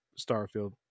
Starfield